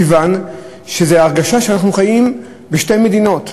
מכיוון שזו הרגשה שאנחנו חיים בשתי מדינות,